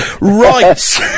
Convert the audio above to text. right